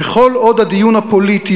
וכל עוד הדיון הפוליטי,